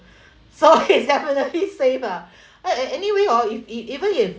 so it definitely save ah uh anyway orh if it even if